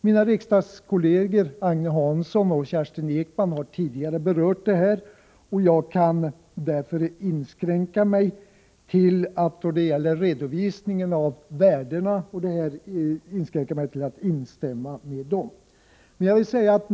Mina riksdagskolleger Agne Hansson och Kerstin Ekman har tidigare berört detta och andra sakskäl, och jag kan därför inskränka mig till att instämma i deras uttalanden på denna punkt.